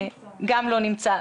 הוא גם לא נמצא.